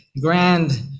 grand